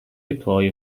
deploy